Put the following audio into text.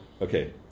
okay